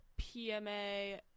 PMA